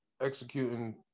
executing